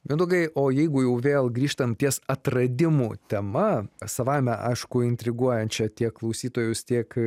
mindaugai o jeigu jau vėl grįžtam ties atradimų tema savaime aišku intriguojančia tiek klausytojus tiek